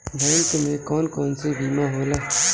Bank में कौन कौन से बीमा होला?